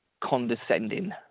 condescending